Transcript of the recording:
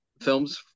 films